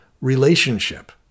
relationship